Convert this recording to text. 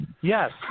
Yes